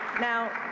now,